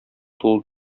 тулы